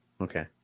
okay